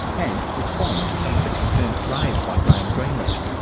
and respond to some of the concerns raised by graham greenleaf,